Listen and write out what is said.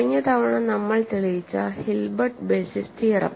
കഴിഞ്ഞ തവണ നമ്മൾ തെളിയിച്ച ഹിൽബർട്ട് ബേസിസ് തിയറം